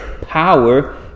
power